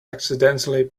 accidentally